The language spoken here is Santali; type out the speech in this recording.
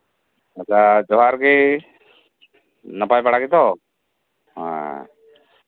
ᱫᱟᱫᱟ ᱡᱚᱦᱟᱨ ᱜᱮ ᱱᱟᱯᱟᱭ ᱵᱟᱲᱟ ᱜᱮᱛᱚ ᱦᱮᱸ